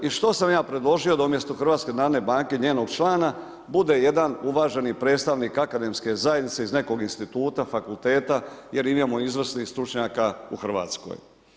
I što sam ja predložio, da umjesto HNB-a, njenog člana, bude jedan uvaženi predstavnik akademske zajednice iz nekog instituta, fakulteta jer imamo izvrsnih stručnjaka u RH.